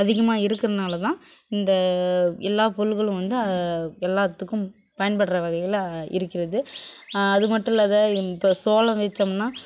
அதிகமாக இருக்கிறனால தான் இந்த எல்லா பொருள்களும் வந்து எல்லாத்துக்கும் பயன்படுற வகையில் இருக்கின்றது அது மட்டும் இல்லாது இந்த சோளம் வச்சோம்னா